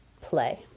play